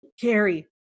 Carrie